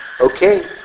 okay